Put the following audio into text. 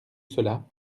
cela